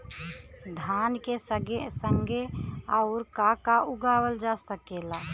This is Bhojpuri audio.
धान के संगे आऊर का का उगावल जा सकेला?